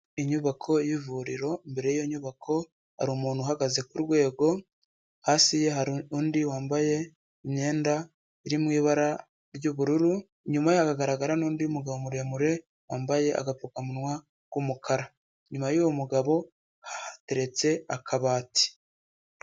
Inyubako y'ivuriro, imbere yiyo nyubako har’umuntu uhagaze ku rwego, hasi har’undi wambaye imyenda iri mw’ibara ry'ubururu. Inyuma hagaragara n’undi mugabo muremure wambaye agapfukamunwa k'umukara, inyuma y’uwo mugabo hateretse akabati.